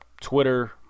Twitter